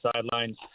sidelines